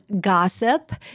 gossip